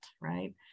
right